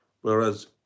Whereas